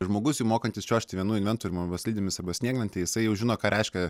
žmogus jau mokantis čiuožti vienu inventoriumi arba slidėmis arba snieglente jisai jau žino ką reiškia